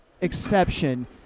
exception